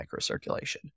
microcirculation